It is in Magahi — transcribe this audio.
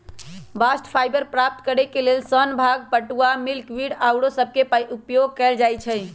बास्ट फाइबर प्राप्त करेके लेल सन, भांग, पटूआ, मिल्कवीड आउरो सभके उपयोग कएल जाइ छइ